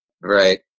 Right